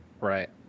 Right